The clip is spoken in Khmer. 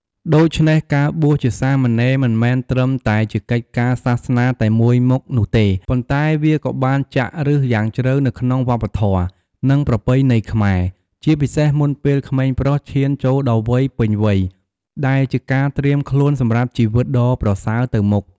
ដូច្នេះ ការបួសជាសាមណេរមិនមែនត្រឹមតែជាកិច្ចការសាសនាតែមួយមុខនោះទេ ប៉ុន្តែវាបានចាក់ឫសយ៉ាងជ្រៅនៅក្នុងវប្បធម៌ និងប្រពៃណីខ្មែរ ជាពិសេសមុនពេលក្មេងប្រុសឈានចូលដល់វ័យពេញវ័យ ដែលជាការត្រៀមខ្លួនសម្រាប់ជីវិតដ៏ប្រសើរទៅមុខ។